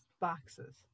boxes